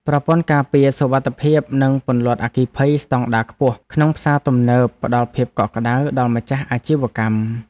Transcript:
ប្រព័ន្ធការពារសុវត្ថិភាពនិងពន្លត់អគ្គីភ័យស្តង់ដារខ្ពស់ក្នុងផ្សារទំនើបផ្តល់ភាពកក់ក្តៅដល់ម្ចាស់អាជីវកម្ម។